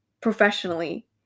Professionally